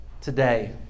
today